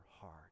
heart